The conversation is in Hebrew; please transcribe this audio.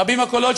רבים הקולות,